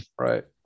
Right